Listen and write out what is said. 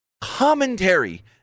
Commentary